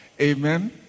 amen